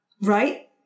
Right